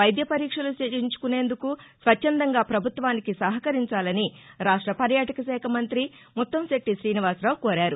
వైద్య పరీక్షలు చేయించుకునేందుకు స్వచ్చందంగా ప్రభుత్వానికి సహకరించాలని రాష్ట పర్యాటక శాఖ మంతి ముత్తంశెట్టి గ్రీనివాసరావు కోరారు